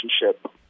relationship